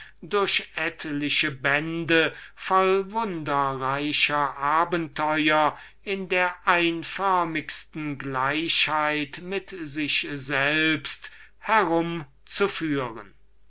durch etliche bände voll wunderreicher abenteure in der einförmigsten gleichheit mit sich selbst herumzuführen